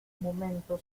momento